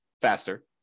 faster